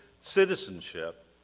citizenship